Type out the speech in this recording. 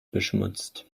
beschmutzt